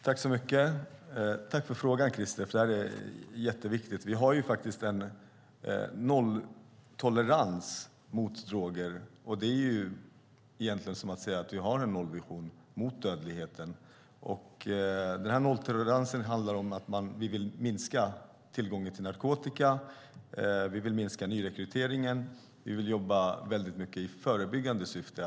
Herr talman! Tack för frågan, Christer! Det här är jätteviktigt. Vi har faktiskt nolltolerans mot droger, och det är egentligen som att säga att vi har en nollvision mot den narkotikarelaterade dödligheten. Nolltoleransen handlar om att vi vill minska tillgången på narkotika. Vi vill minska nyrekryteringen. Vi vill jobba i förebyggande syfte.